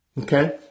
okay